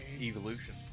Evolution